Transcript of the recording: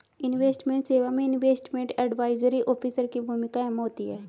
investment सेवा में investment advisory officer की भूमिका अहम होती है